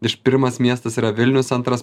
iš pirmas miestas yra vilnius antras